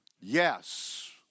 Yes